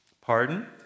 pardon